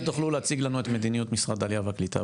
מתי תוכלו להציג לנו את מדיניות משרד העלייה והקליטה,